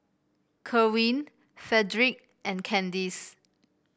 Kerwin Fredrick and Candis